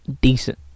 Decent